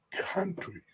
countries